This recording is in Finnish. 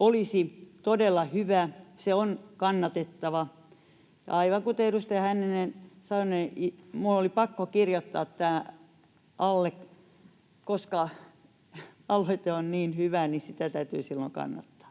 olisi todella hyvä. Se on kannatettava, ja aivan kuten edustaja Hänninen sanoi, minun oli pakko allekirjoittaa tämä, koska aloite on niin hyvä, ja sitä täytyy silloin kannattaa.